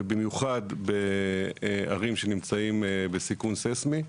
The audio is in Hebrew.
ובמיוחד בערים שנמצאות בסיכון ססמי.